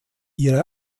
ihre